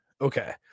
Okay